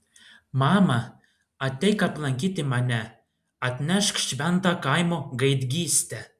mama ateik aplankyti mane atnešk šventą kaimo gaidgystę